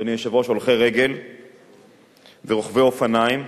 אדוני היושב-ראש, הולכי רגל ורוכבי אופניים,